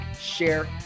share